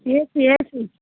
ac ac